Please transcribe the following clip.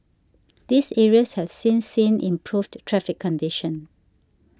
these areas have since seen improved traffic conditions